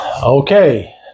Okay